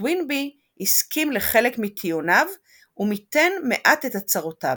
וטוינבי הסכים לחלק מטיעוניו ומיתן מעט את הצהרותיו.